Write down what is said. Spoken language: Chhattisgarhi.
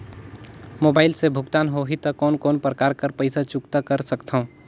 मोबाइल से भुगतान होहि त कोन कोन प्रकार कर पईसा चुकता कर सकथव?